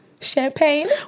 champagne